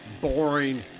boring